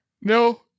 No